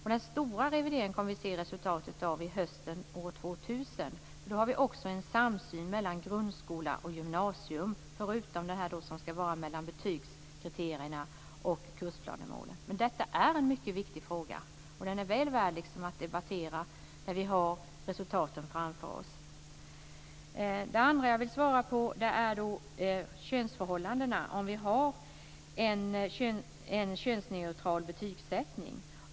Vi kommer att se resultatet av den stora revideringen hösten 2000. Då skall det vara en samsyn mellan grundskola och gymnasium, förutom betygskriterierna och målen i kursplanerna. Detta är en viktig fråga, och den är väl värd att debattera när resultaten finns. En annan fråga gällde könsförhållandena, dvs. om betygssättningen är könsneutral.